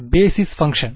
basis function